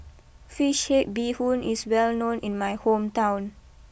Fish Head BeeHoon is well known in my hometown